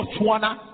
Botswana